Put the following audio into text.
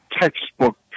textbook